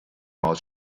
aus